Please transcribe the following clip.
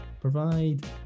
provide